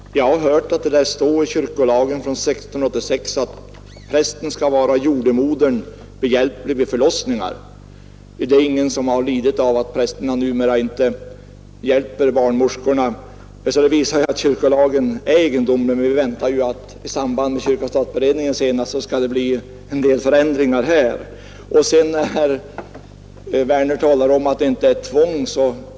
Herr talman! Jag har hört att det lär stå i kyrkolagen från år 1686 att prästen skall vara jordemodern behjälplig vid förlossningar. Det är emellertid ingen som har lidit av att prästerna numera inte hjälper barnmorskorna. Detta exempel visar att kyrkolagen kan vara egendomlig, men vi väntar att det på grundval av kyrka—stat-beredningens arbete skall bli en mängd förändringar i lagen. Herr Werner i Malmö sade vidare att det inte föreligger något tvång.